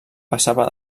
passava